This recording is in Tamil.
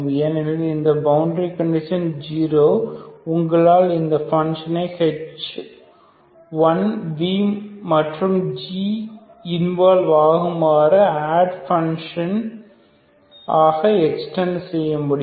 ஏனெனில் இந்த பவுண்டரி கண்டிஷன் 0 உங்களால் இந்த பன்ஷனை h1 v மற்றும் g இன்வால்வ் ஆகுமாறு ஆட் பன்ஷன் ஆக எக்ஸ்டெண்ட் செய்ய முடியும்